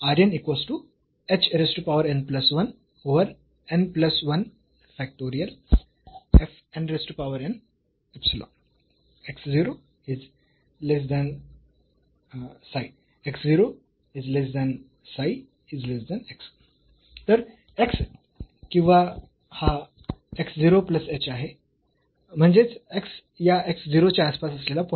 तर x किंवा होय हा x 0 प्लस h आहे म्हणजेच x या x 0 च्या आसपास असलेला पॉईंट